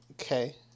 Okay